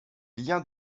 liens